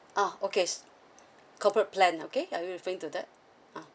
ah okays corporate plan okay are you referring to that ah